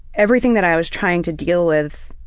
everything that i was trying to deal with